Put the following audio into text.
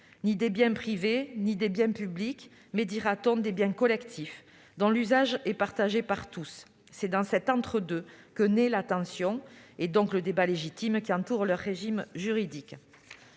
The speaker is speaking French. Ni biens privés ni biens publics, mais plutôt biens collectifs, dont l'usage est partagé par tous. C'est dans cet entre-deux que naît la tension, et donc le débat légitime qui entoure leur régime juridique.